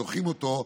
דוחים אותו,